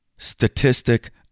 statistic